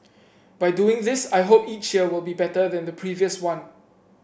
by doing this I hope each year will be better than the previous one